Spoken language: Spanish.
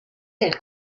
del